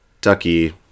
Ducky